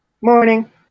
Morning